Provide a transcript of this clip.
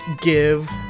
give